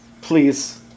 Please